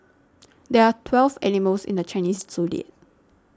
there are twelve animals in the Chinese zodiac